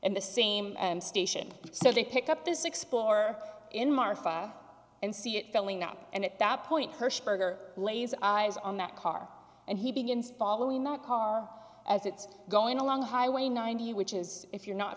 in the same station so they pick up this explore in marfa and see it filling up and at that point hershberger lays eyes on that car and he begins following not car as it's going along highway ninety which is if you're not